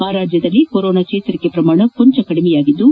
ಆ ರಾಜ್ಯದಲ್ಲಿ ಕೊರೋನಾ ಚೇತರಿಕೆ ಪ್ರಮಾಣ ಕೊಂಚ ಕಡಿಮೆಯಾಗಿದ್ಲು